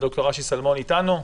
ד"ר שלמון איתנו?